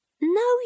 No